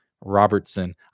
Robertson